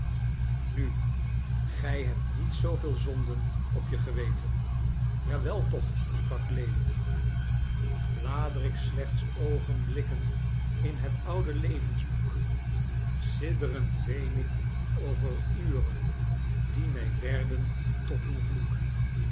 nu gij hebt niet zooveel zonden op je geweten ja wel toch sprak lewin blader ik slechts oogenblikken in het oude levensboek sidd'rend ween ik over uren die mij werden tot een vloek